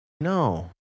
No